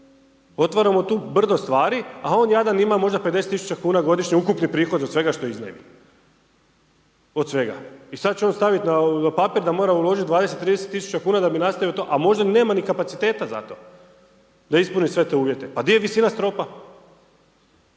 Otvaramo tu brdo stvari, a on jadan ima možda 50 tisuća kuna godišnje ukupni prihod od svega što iznajmi od svega i sada će on staviti na papir da mora uložiti 20, 30 tisuća kuna da bi nastavio to a možda niti nema kapaciteta za to da ispuni sve te uvjete. Pa di je visina stropa?